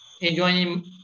enjoying